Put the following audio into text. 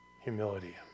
humility